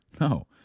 No